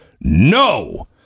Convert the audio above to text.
no